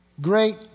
great